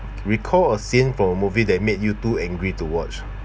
recall a scene for a movie that made you too angry to watch